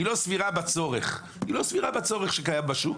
היא לא סבירה בצורך שקיים בשוק.